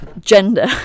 gender